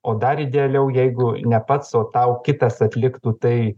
o dar idealiau jeigu ne pats o tau kitas atliktų tai